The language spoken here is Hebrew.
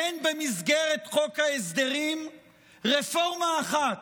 אין במסגרת חוק ההסדרים רפורמה אחת